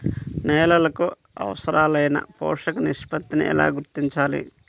నేలలకు అవసరాలైన పోషక నిష్పత్తిని ఎలా గుర్తించాలి?